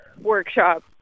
workshop